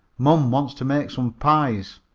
mom wants to make some pies.